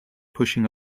pushing